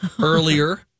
Earlier